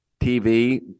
TV